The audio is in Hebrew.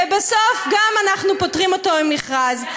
ובסוף אנחנו גם פוטרים אותו ממכרז.